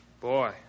Boy